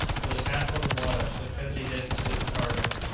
it was half full of water, but perfectly destitute of cargo,